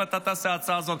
אם אתה תעשה את ההצעה הזאת,